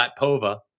Latpova